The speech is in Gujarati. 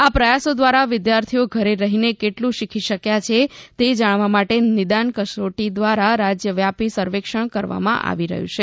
આ પ્રયાસો દ્વારા વિદ્યાર્થીઓ ઘરે રહીને કેટલું શીખી શક્યા છે તે જાણવા માટે નિદાન કસોટી દ્વારા રાજ્યવ્યાપી સર્વેક્ષણ કરવામાં આવી રહ્યું છે